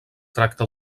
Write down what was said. tracta